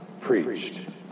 preached